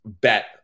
bet